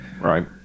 right